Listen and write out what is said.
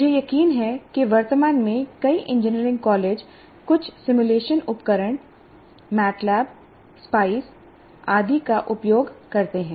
मुझे यकीन है कि वर्तमान में कई इंजीनियरिंग कॉलेज कुछ सिमुलेशन उपकरण एमएटीएलएबी एसपीआईसीई आदि का उपयोग करते हैं